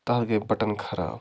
تَتھ گٔے بَٹَن خراب